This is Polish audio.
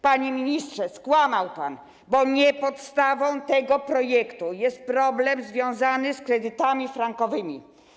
Panie ministrze, skłamał pan, bo podstawą tego projektu nie jest problem związany z kredytami frankowymi.